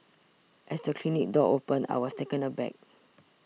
as the clinic door opened I was taken aback